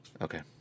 Okay